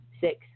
Six